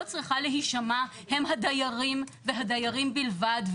צריכה להישמע הם הדיירים והדיירים בלבד.